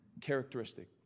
characteristic